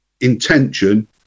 intention